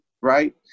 right